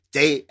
day